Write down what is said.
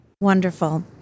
Wonderful